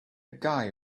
guy